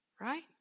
Right